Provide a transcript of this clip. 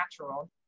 natural